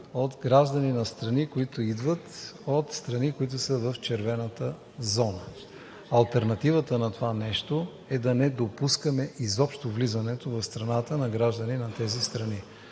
страна на граждани, които идват от страни, които са в червената зона. Алтернативата на това нещо е да не допускаме изобщо влизането в страната на граждани от тези страни.